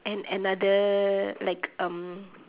and another like um